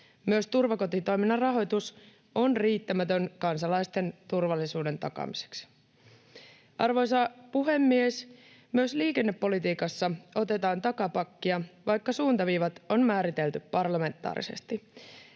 Myös turvakotitoiminnan rahoitus on riittämätön kansalaisten turvallisuuden takaamiseksi. Arvoisa puhemies! Myös liikennepolitiikassa otetaan takapakkia, vaikka suuntaviivat on määritelty parlamentaarisesti.